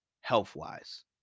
health-wise